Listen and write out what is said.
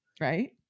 right